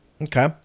Okay